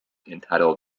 entitled